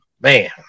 Man